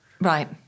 Right